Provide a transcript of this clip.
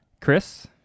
Chris